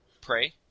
Pray